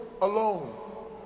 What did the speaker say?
alone